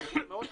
זה מאוד פשוט.